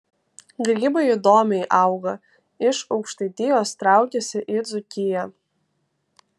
grybai įdomiai auga iš aukštaitijos traukiasi į dzūkiją